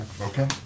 Okay